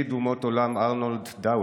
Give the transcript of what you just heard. יהודי תושב הולנד,